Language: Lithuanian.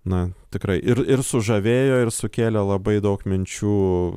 na tikrai ir ir sužavėjo ir sukėlė labai daug minčių